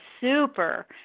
super